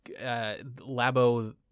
Labo